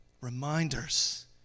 Reminders